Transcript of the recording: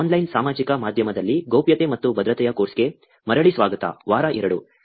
online ಸಾಮಾಜಿಕ ಮಾಧ್ಯಮದಲ್ಲಿ ಗೌಪ್ಯತೆ ಮತ್ತು ಭದ್ರತೆಯ ಕೋರ್ಸ್ಗೆ ಮರಳಿ ಸ್ವಾಗತ ವಾರ 2